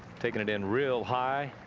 taking it in real high.